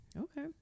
okay